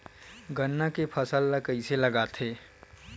गन्ना के फसल ल कइसे लगाथे?